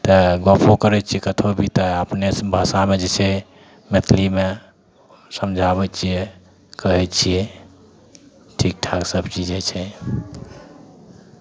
तऽ गपो करै छियै कतहु भी तऽ अपनेसँ भाषामे जे छै मैथिलीमे समझाबै छियै कहै छियै ठीक ठाक सभचीज होइ छै